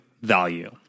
value